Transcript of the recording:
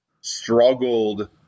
struggled